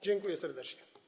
Dziękuję serdecznie.